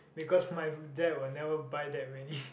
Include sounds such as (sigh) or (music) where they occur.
because my dad will never buy that many (breath)